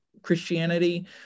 Christianity